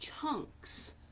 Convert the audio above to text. chunks